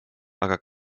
aga